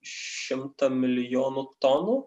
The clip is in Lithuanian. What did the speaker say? šimtą milijonų tonų